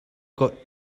got